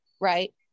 right